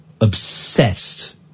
Obsessed